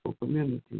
community